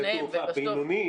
שדה תעופה בינוני,